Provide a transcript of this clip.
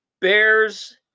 Bears